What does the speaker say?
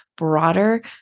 broader